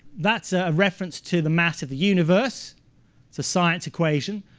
that's a reference to the mass of the universe. it's a science equation.